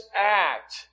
act